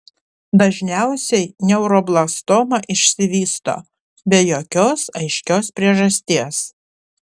dažniausiai neuroblastoma išsivysto be jokios aiškios priežasties